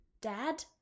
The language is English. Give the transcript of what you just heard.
Dad